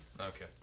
Okay